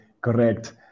correct